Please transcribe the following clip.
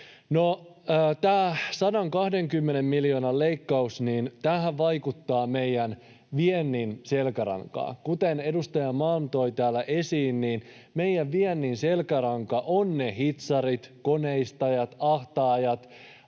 tämä 120 miljoonan leikkaushan vaikuttaa meidän viennin selkärankaan. Kuten edustaja Malm toi täällä esiin, meidän viennin selkäranka ovat ne hitsarit, koneistajat, ahtaajat,